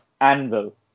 anvil